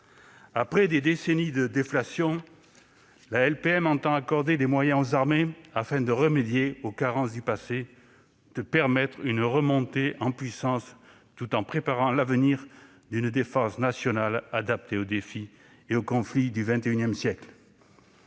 Après des décennies de déflation, la LPM entend accorder des moyens aux armées, afin de remédier aux carences du passé et de permettre une remontée en puissance, tout en préparant l'avenir d'une défense nationale adaptée aux défis et conflits du XXI siècle.